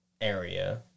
area